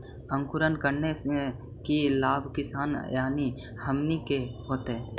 अंकुरण करने से की लाभ किसान यानी हमनि के होतय?